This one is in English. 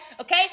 okay